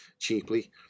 cheaply